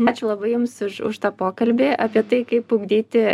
ačiū labai jums už už tą pokalbį apie tai kaip ugdyti